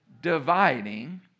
dividing